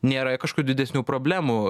nėra i kažkokių didesnių problemų